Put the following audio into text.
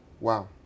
Wow